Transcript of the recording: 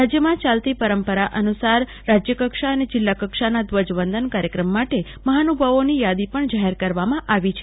રાજ્યમાં યાલતી પરંપરા અનુસાર રાજ્યકક્ષા અને જિલ્લાકક્ષાના ધ્વજ વંદન કાર્યક્રમ માટે મહાનુભાવોની યાદી પણ જાહેર કરવામાં આવી છે